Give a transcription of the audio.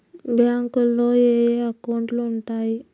బ్యాంకులో ఏయే అకౌంట్లు ఉంటయ్?